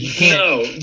no